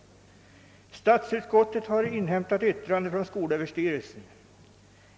Statsutskottet har inhämtat yttrande från skolöverstyrelsen.